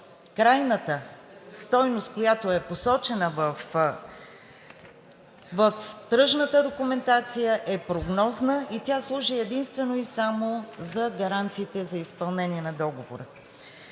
Крайната стойност, която е посочена в тръжната документация, е прогнозна и служи единствено и само за гаранциите за изпълнение на договори.